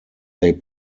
they